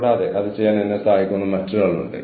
കാരണം ഇത് എനിക്ക് നന്നായി അറിയാവുന്ന ഒരു കാര്യമാണ്